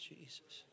Jesus